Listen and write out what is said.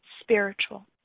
spiritual